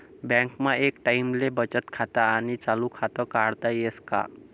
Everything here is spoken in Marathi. बँकमा एक टाईमले बचत खातं आणि चालू खातं काढता येस का?